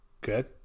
Good